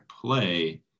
play